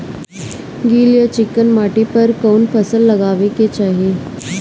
गील या चिकन माटी पर कउन फसल लगावे के चाही?